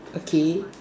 okay